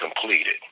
completed